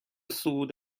سود